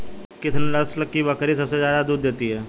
किस नस्ल की बकरी सबसे ज्यादा दूध देती है?